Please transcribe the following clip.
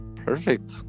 perfect